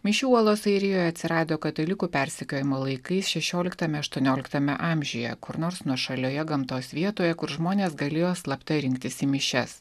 mišių uolos airijoje atsirado katalikų persekiojimo laikais šešioliktame aštuonioliktame amžiuje kur nors nuošalioje gamtos vietoje kur žmonės galėjo slapta rinktis į mišias